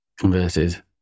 converted